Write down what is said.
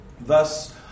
Thus